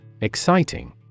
Exciting